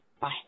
Bye